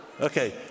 Okay